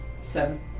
Seven